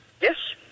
yes